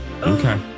Okay